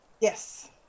Yes